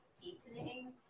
deepening